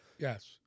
Yes